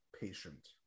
patient